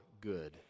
good